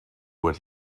what